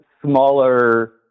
smaller